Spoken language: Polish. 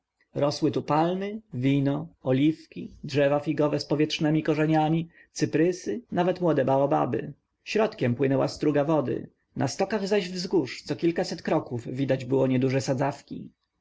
rosły tu palmy wino oliwki drzewa figowe z powietrznemi korzeniami cyprysy nawet młode baobaby środkiem płynęła struga wody na stokach zaś wzgórz co kilkaset kroków widać było nieduże sadzawki